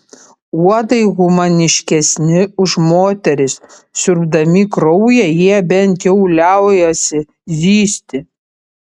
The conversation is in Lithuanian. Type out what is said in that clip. uodai humaniškesni už moteris siurbdami kraują jie bent jau liaujasi zyzti